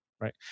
right